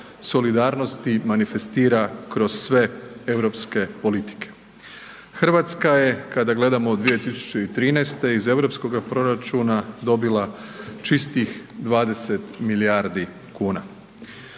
solidarnosti manifestira kroz sve europske politike. RH je kada gledamo 2013. iz europskoga proračuna dobila čistih 20 milijardi kuna.